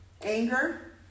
Anger